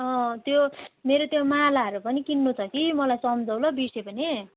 अँ त्यो मेरो त्यो मालाहरू पनि किन्नु छ कि मलाई सम्झाऊ ल बिर्सेँ भनेँ